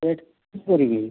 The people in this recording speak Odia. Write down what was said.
ୱେଟ୍ କେମିତି କରିବି